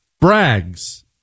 brags